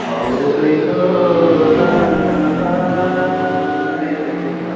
खलो है गरामा यस्तै यस्तै हुन्छ